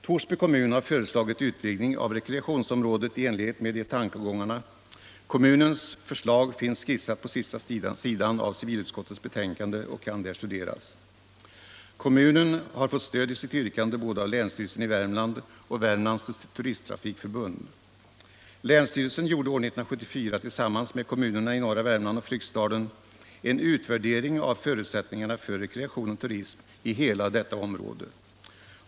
Torsby kommun har föreslagit utvidgning av rekreationsområdet i Fryksdalen i enlighet med de tankegångarna. Kommunens förslag finns skissat på sista sidan av civilutskottets betänkande och kan där studeras. Kommunen har fått stöd i sitt yrkande både av länsstyrelsen i Värmland och av Värmlands turisttrafikförbund. Länsstyrelsen gjorde år 1974 tillsammans med kommunerna i norra Värmland och Fryksdalen en utvärdering av förutsättningarna för rekreation och turism i hela detta område.